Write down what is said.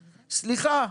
סליחה,